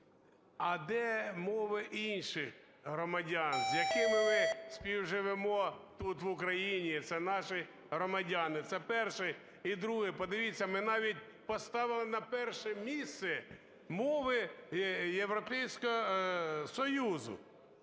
а де мови інших громадян, з якими ми співживемо тут, в Україні, це наші громадяни? Це перше. І друге. Подивіться, ми навіть поставили на перше місце мови Європейського Союзу.